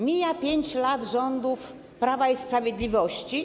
Mija 5 lat rządów Prawa i Sprawiedliwości.